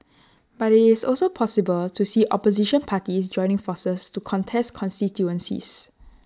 but IT is also possible to see opposition parties joining forces to contest constituencies